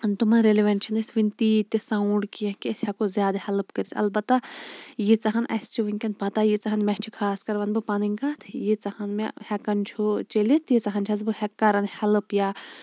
تِمَن رِلِویٚنٹ چھِ نہٕ أسۍ وٕنہِ تیٖتۍ تہِ سَوُنٛڈ کینٛہہ کہِ أسۍ ہیٚکو زیادٕ ہیٚلٕپ کٔرِتھ اَلبَتہ ییٖژاہ ہن اَسہِ چھِ وٕنکیٚن پَتَہ ییٖژاہ ہَن مےٚ چھِ خاص کَر وَنہٕ بہٕ پَنٕنۍ کتھ ییٖژاہ ہَن مےٚ ہیٚکَن چھُ چیٚلِتھ تیٖژاہ ہٕن چھَس بہٕ کَرَن ہیٚلٕپ یا